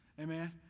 Amen